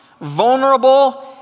vulnerable